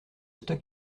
stock